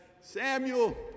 Samuel